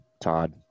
Todd